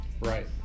Right